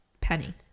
penny